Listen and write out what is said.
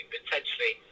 potentially